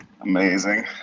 amazing